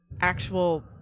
actual